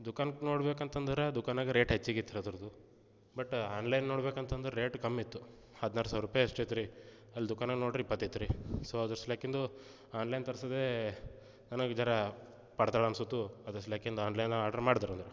ದುಕಾನಕ್ಕೆ ನೋಡ್ಬೇಕು ಅಂತೆಂದರೆ ದುಕಾನಾಗ ರೇಟ್ ಹೆಚ್ಚಿಗೆ ಇತ್ರಿ ಅದರದ್ದು ಬಟ್ ಆನ್ ಲೈನ್ ನೋಡ್ಬೇಕು ಅಂತೆಂದರೆ ರೇಟ್ ಕಮ್ಮಿತ್ತು ಹದಿನಾರು ಸಾವ್ರ ರೂಪಾಯಿ ಅಷ್ಟೇ ಇತ್ತು ರೀ ಅಲ್ಲಿ ದುಕನಾಗ ನೋಡ್ರಿ ಇಪ್ಪತ್ತು ಇತ್ತು ರೀ ಸೊ ಅದರಸಲೇಕಿಂದು ಆನ್ ಲೈನ್ ತರಿಸಿದೆ ನನಗೆ ಜರಾ ಪಡತಾಳ ಅನ್ಸಿತು ಅದರಸಲೇಕಿಂದು ಆನ್ ಲೈನ್ ಆರ್ಡ್ರ್ ಮಾಡ್ದೆ ರಿ ಅದ್ರದ್ದು